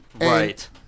Right